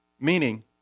meaning